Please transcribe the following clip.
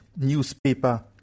newspaper